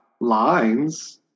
lines